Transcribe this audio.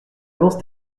avance